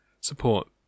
support